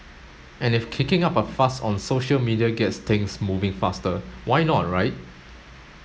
and if kicking up a fuss on social media gets things moving faster why not right